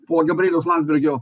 po gabrieliaus landsbergio